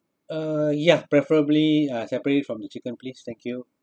uh ya preferably uh separate it from the chicken please thank you